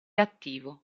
attivo